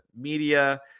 media